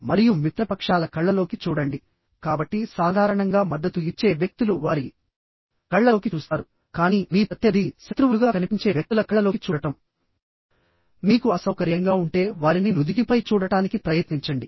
మరియు మిత్రపక్షాల కళ్ళలోకి చూడండి కాబట్టి సాధారణంగా మద్దతు ఇచ్చే వ్యక్తులు వారి కళ్ళలోకి చూస్తారు కానీ మీ ప్రత్యర్థి శత్రువులుగా కనిపించే వ్యక్తుల కళ్ళలోకి చూడటం మీకు అసౌకర్యంగా ఉంటే వారిని నుదిటిపై చూడటానికి ప్రయత్నించండి